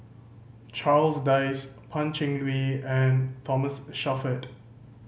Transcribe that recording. Charles Dyce Pan Cheng Lui and Thomas Shelford